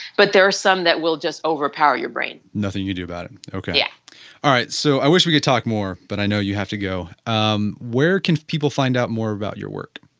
but there are some that will just overpower your brain nothing you do about it, okay yeah all right. so i wish we could talk more, but i know you have to go. um where can people find out more about your work?